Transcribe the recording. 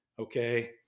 Okay